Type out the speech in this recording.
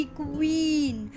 queen